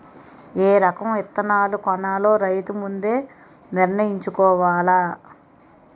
ఏ రకం విత్తనాలు కొనాలో రైతు ముందే నిర్ణయించుకోవాల